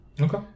Okay